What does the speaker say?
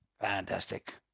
Fantastic